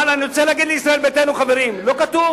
אבל אני רוצה להגיד לישראל ביתנו, לא זה מה שכתוב.